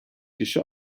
kişi